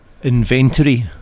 Inventory